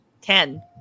Ten